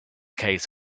case